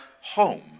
home